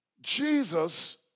Jesus